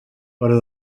però